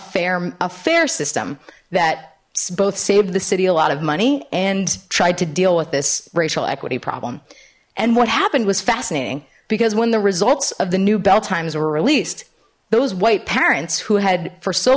firm a fair system that both saved the city a lot of money and tried to deal with this ray to equity problem and what happened was fascinating because when the results of the new bell times were released those white parents who had for so